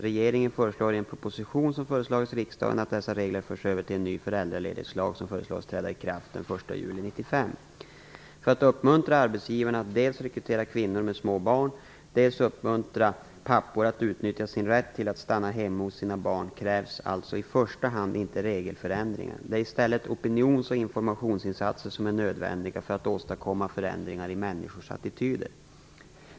Regeringen föreslår i en proposition som förelagts riksdagen att dessa regler förs över till en ny föräldraledighetslag, som föreslås träda i kraft den 1 juli För att uppmuntra arbetsgivare att dels rekrytera kvinnor med små barn, dels uppmuntra pappor att utnyttja sin rätt till att stanna hemma hos sina barn krävs alltså i första hand inte regelförändringar. Det är i stället opinions och informationsinsatser som är nödvändiga för att åstadkomma förändringar i människors attityder.